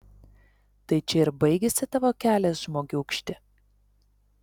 tai čia ir baigiasi tavo kelias žmogiūkšti